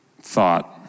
thought